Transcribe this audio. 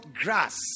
grass